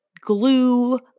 glue